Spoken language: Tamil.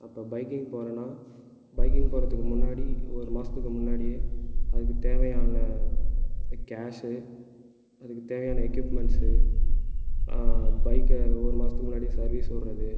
அப்போ பைக்கிங் போகிறோம்னா பைக்கிங் போகிறதுக்கு முன்னாடி ஒரு மாசத்துக்கு முன்னாடியே அதுக்கு தேவையான கேஷு அதுக்கு தேவையான எகியூப்மென்ட்ஸு பைக்க ஒரு மாசத்துக்கு முன்னாடியே சர்விஸ் விடுறது